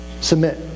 submit